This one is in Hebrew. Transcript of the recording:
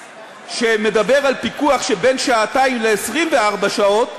שמדבר על פיקוח שבין שעתיים ל-24 שעות,